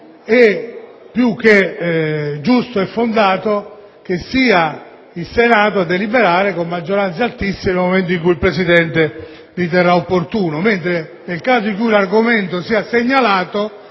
è più che giusto e fondato che sia il Senato a deliberare con maggioranze altissime nel momento in cui il Presidente lo riterrà opportuno. Al contrario, nel caso in cui l'argomento sia già